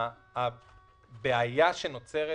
הבעיה שנוצרת